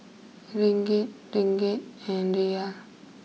Ringgit Ringgit and Riyal